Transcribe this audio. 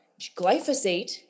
Glyphosate